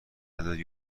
داری